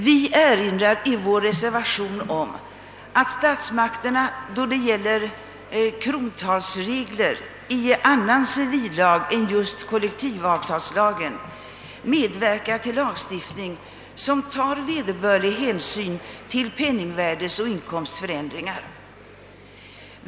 Vi erinrar emellertid i vår reservation om »att statsmakterna, då det gäller krontalsregler i annan civillag än just kollektivavtalslagen, medverkat till lagstiftning som tar vederbörlig hänsyn till penningvärdeoch inkomstförändringar».